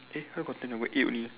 eh why got ten I got eight only